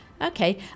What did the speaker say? okay